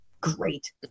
great